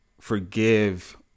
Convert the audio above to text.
forgive